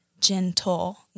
gentle